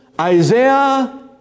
Isaiah